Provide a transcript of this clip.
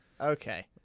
Okay